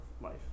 life